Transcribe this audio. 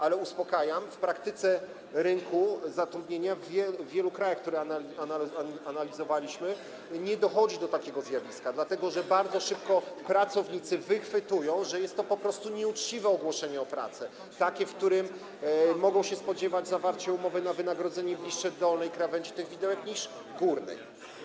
Ale uspokajam, w praktyce rynku zatrudnienia w wielu krajach, które analizowaliśmy, nie dochodzi do takiego zjawiska, dlatego że bardzo szybko pracownicy wychwytują, że jest to po prostu nieuczciwe ogłoszenie o pracę, takie, po którym mogą się spodziewać zawarcia umowy na wynagrodzenie bliższe dolnej krawędzi tych widełek niż górnej.